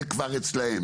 זה כבר אצלם.